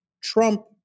Trump